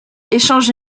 échange